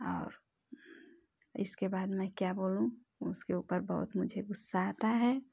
और इसके बाद में मैं क्या बोलूँ उसके ऊपर मुझे बहुत ग़ुस्सा आता है